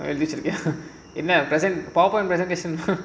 என்ன:enna present